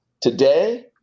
Today